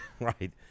Right